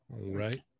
Right